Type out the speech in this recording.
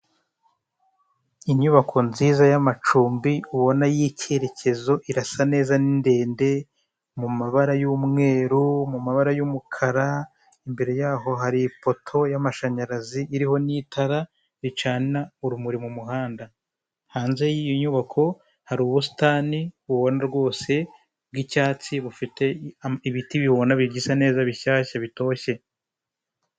Inyubako nziza y'amacumbi ubona y'icyerekezo, irasa neza ni ndende mu mabara y'umweru, mu mabara y'umukara, imbere yaho hari ipoto y'amashanyarazi iriho n'itara ricana urumuri mu muhanda, hanze yiyo nyubako hari ubusitani ubona rwose bw'icyatsi bufite ibiti ubona bigisa neza bishyashya bitoshye.